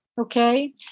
Okay